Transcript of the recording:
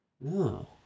No